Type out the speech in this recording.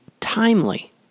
timely